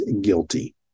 guilty